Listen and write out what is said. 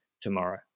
tomorrow